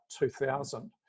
2000